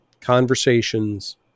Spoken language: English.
conversations